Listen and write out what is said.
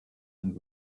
and